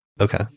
Okay